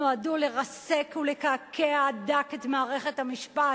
נועדו לרסק ולקעקע עד דק את מערכת המשפט.